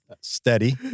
steady